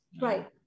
Right